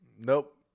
Nope